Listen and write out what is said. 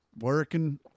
working